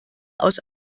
aus